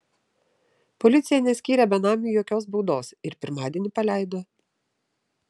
policija neskyrė benamiui jokios baudos ir pirmadienį paleido